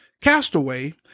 Castaway